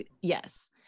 yes